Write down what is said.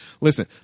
listen